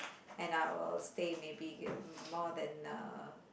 and I will stay maybe uh more than uh